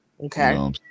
Okay